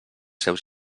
seus